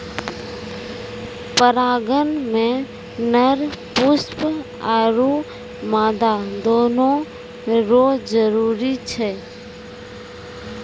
परागण मे नर पुष्प आरु मादा दोनो रो जरुरी छै